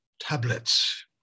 tablets